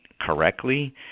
correctly